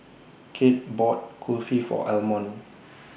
Cade bought Kulfi For Almon